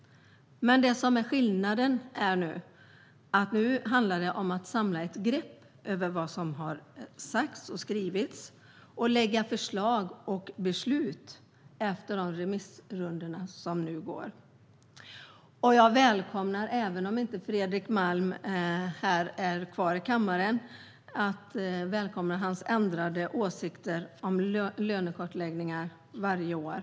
Men det som är skillnaden är att nu handlar det om ta ett samlat grepp över vad som har sagts och skrivits och lägga fram förslag och ta beslut efter remissrundorna som pågår. Även om Fredrik Malm inte är kvar här i kammaren vill jag ändå välkomna hans ändrade åsikter om lönekartläggningar varje år.